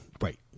Right